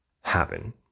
happen